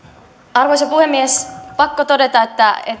arvoisa puhemies pakko todeta että